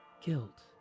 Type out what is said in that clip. Guilt